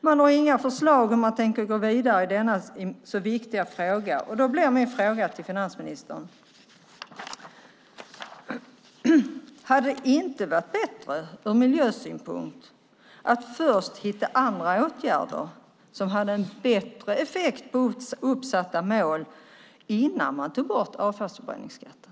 Man har inga förslag om hur man tänker gå vidare i denna så viktiga fråga. Då blir min fråga till finansministern: Hade det inte varit bättre ur miljösynpunkt att hitta andra åtgärder som har en bättre effekt på uppsatta mål innan man tog bort avfallsförbränningsskatten?